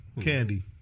Candy